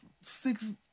six